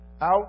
Out